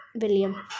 William